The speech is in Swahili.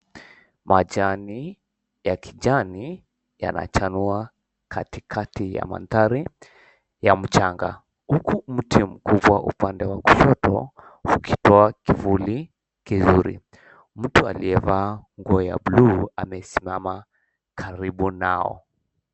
Majani ya kijani yanachanua katikati ya manthari ya mchanga, huku mti mkubwa upande wa kushoto ukitoa kivuli kizuri, mtu aliyevaa nguo ya blue amesimama karibu nao.